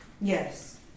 Yes